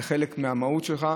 חלק מהמהות שלך.